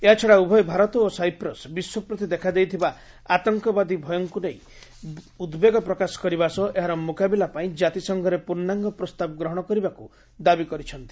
ଏହାଛଡ଼ା ଉଭୟ ଭାରତ ଓ ସାଇପ୍ରସ୍ ବିଶ୍ୱ ପ୍ରତି ଦେଖାଦେଇଥିବା ଆତଙ୍କବାଦୀ ଭୟକ୍ତ ନେଇ ଉଦ୍ବେଗ ପ୍ରକାଶ କରିବା ସହ ଏହାର ମୁକାବିଲା ପାଇଁ ଜାତିସଂଘରେ ପୂର୍ଣ୍ଣାଙ୍ଗ ପ୍ରସ୍ତାବ ଗ୍ରହଣ କରିବାକୁ ଦାବି କରିଛନ୍ତି